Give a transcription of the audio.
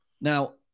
Now